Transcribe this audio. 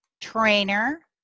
trainer